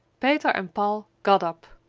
peter and paul got up.